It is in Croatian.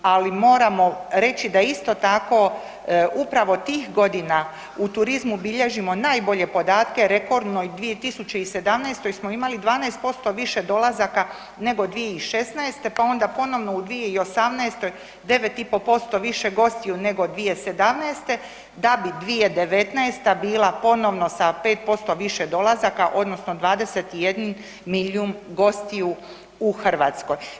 Ali moramo reći da isto tako upravo tih godina u turizmu bilježimo najbolje podatke, rekordnoj 2017.smo imali 12% više dolazaka nego 2016., pa onda ponovno u 2018. 9,5% više gostiju nego 2017., da bi 2019. bila ponovno sa 5% više dolazaka odnosno 21 milijun gostiju u Hrvatskoj.